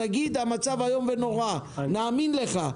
תגיד שהמצב איום ונורא נאמין לך.